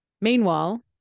Meanwhile